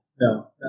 No